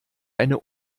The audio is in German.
eine